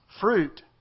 Fruit